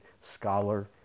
scholar